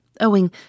owing